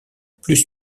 plus